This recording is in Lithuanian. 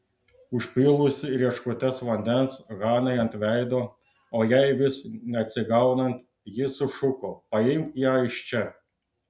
užpylusi rieškutes vandens hanai ant veido o jai vis neatsigaunant ji sušuko paimk ją iš čia